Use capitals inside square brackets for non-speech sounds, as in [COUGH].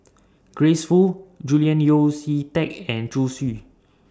[NOISE] Grace Fu Julian Yeo See Teck and Zhu Xu